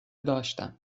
داشتم